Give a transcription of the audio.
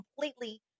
completely